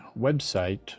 website